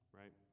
right